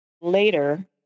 later